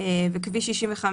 וכביש 65,